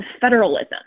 federalism